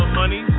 money